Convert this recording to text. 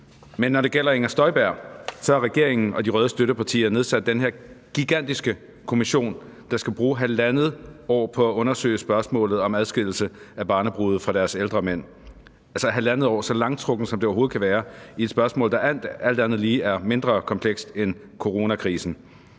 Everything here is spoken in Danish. Men når det gælder Inger Støjberg, har regeringen og de røde støttepartier nedsat den her gigantiske kommission, der skal bruge halvandet år på at undersøge spørgsmålet om adskillelse af barnebrude fra deres ældre mænd – altså halvandet år, så langtrukkent, det overhovedet kan være, i et spørgsmål, der alt andet lige er mindre komplekst end coronakrisen.